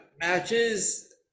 matches